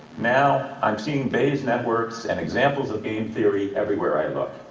now i'm seeing bayes networks and examples of game theory everywhere i look.